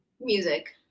Music